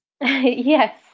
Yes